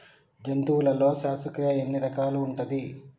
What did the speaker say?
జంతువులలో శ్వాసక్రియ ఎన్ని రకాలు ఉంటది?